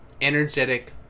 energetic